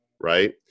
right